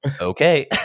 okay